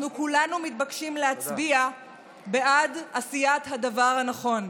אנחנו כולנו מתבקשים להצביע בעד עשיית הדבר הנכון,